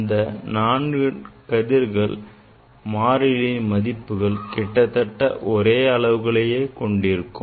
அந்த நான்கு கதிர்களின் மாறிலியின் மதிப்புகள் கிட்டத்தட்ட ஒரே அளவுகளைக் கொண்டு இருக்கும்